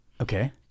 Okay